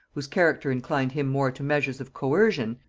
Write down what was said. whose character inclined him more to measures of coercion,